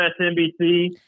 MSNBC